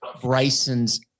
Bryson's